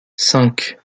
cinq